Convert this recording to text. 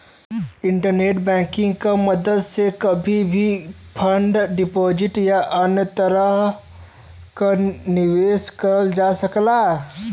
internet banking क मदद से कभी भी फिक्स्ड डिपाजिट या अन्य तरह क निवेश कइल जा सकल जाला